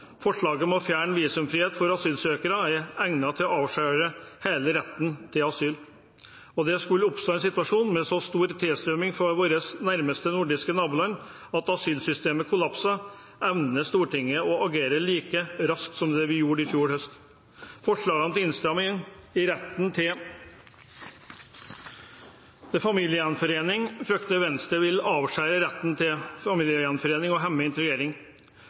Forslaget om å fjerne visumfrihet for asylsøkere er egnet til å avskjære hele retten til asyl. Om det skulle oppstå en situasjon med en så stor tilstrømning fra våre nærmeste, nordiske naboland at asylsystemet kollapser, evner Stortinget å agere like raskt som vi gjorde i fjor høst. Forslagene til innstramming i retten til familiegjenforening frykter Venstre at vil avskjære retten til familiegjenforening og hemme integrering.